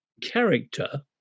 character